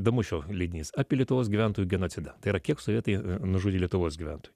damušio leidinys apie lietuvos gyventojų genocidą tai yra kiek sovietai nužudė lietuvos gyventojų